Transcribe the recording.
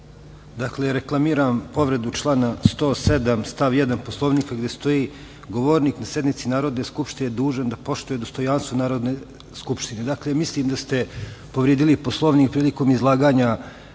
Dakle, reklamiram povredu člana 107. stav 1. Poslovnika gde stoji – govornik na sednici Narodne skupštine je dužan da poštuje dostojanstvo Narodne skupštine. Mislim da ste povredili Poslovnik prilikom izlaganja